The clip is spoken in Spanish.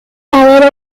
haber